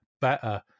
better